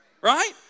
right